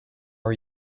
are